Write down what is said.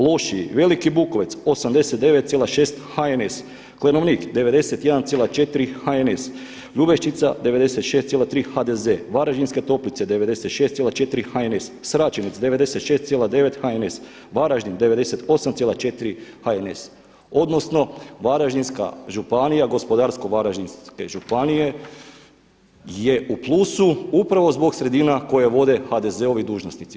Lošiji: Veliki Bukovec 89,6 HNS; Konovnik 91,4 HNS; Ljubešćica 96,3 HDZ; Varaždinske Toplice 96,4 HNS; Sraćenica 96,9 HNS; Varaždin 98,4 HNS, odnosno Varaždinska županija, gospodarstvo Varaždinske županije je u plusu upravo zbog sredina koje vode HDZ-ovi dužnosnici.